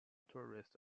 tourist